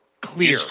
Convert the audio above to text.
clear